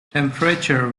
temperature